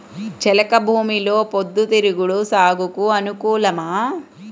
చెలక భూమిలో పొద్దు తిరుగుడు సాగుకు అనుకూలమా?